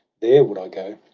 there would i go,